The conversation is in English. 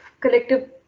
collective